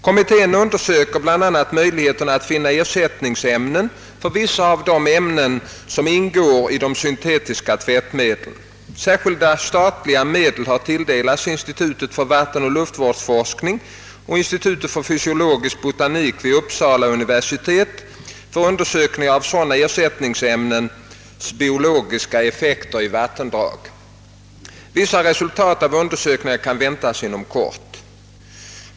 Kommittén undersöker bl.a. möjligheterna att finna ersättningsämnen för vissa av de ämnen, som ingår i de syntetiska tvättmedlen. Särskilda statliga medel har tilldelats Institutet för vattenoch luftvårdsforskning och institutionen för fysiologisk botanik vid Uppsala universitet för undersökning av sådana ersättningsämnens biologiska effekter i vattendrag. Vissa resultat av undersökningarna kan väntas inom kort.